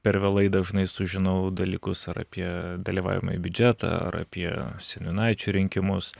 per vėlai dažnai sužinau dalykus ar apie dalyvaujamąjį biudžetą ar apie seniūnaičių rinkimus